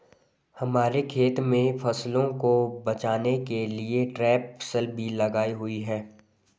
हमारे खेत में फसलों को बचाने के लिए ट्रैप फसल भी लगाई हुई है